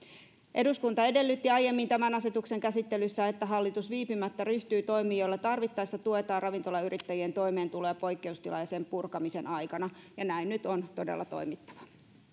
eduskunta edellytti aiemmin tämän asetuksen käsittelyssä että hallitus viipymättä ryhtyy toimiin joilla tarvittaessa tuetaan ravintolayrittäjien toimeentuloa poikkeustilan ja sen purkamisen aikana ja näin nyt on todella toimittava